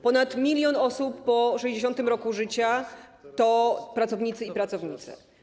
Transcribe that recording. Ponad 1 mln osób po 60. roku życia to pracownicy i pracownice.